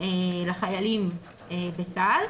לחיילים בצה"ל,